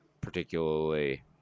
particularly